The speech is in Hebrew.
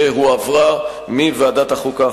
שהועברה מוועדת החוקה,